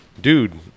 dude